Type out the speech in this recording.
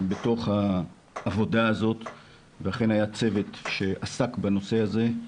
הם בתוך העבודה הזאת ואכן היה צוות שעסק בנושא הזה.